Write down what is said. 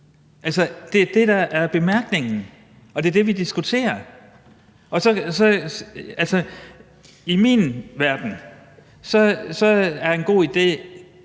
det er det, der er bemærkningen, og det er det, vi diskuterer. I min verden er en god idé